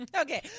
Okay